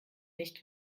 nicht